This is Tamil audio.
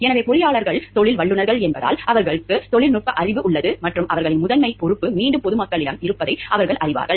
எனவே பொறியாளர்கள் தொழில் வல்லுநர்கள் என்பதால் அவர்களுக்கு தொழில்நுட்ப அறிவு உள்ளது மற்றும் அவர்களின் முதன்மை பொறுப்பு மீண்டும் பொதுமக்களிடம் இருப்பதை அவர்கள் அறிவார்கள்